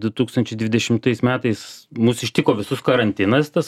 du tūkstančiai dvidešimtais metais mus ištiko visus karantinas tas